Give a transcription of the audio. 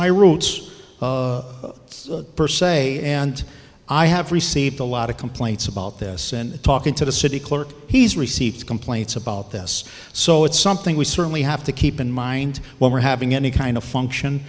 my roots per se and i have received a lot of complaints about this and talking to the city clerk he's received complaints about this so it's something we certainly have to keep in mind when we're having any kind of function